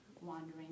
wandering